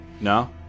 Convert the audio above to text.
No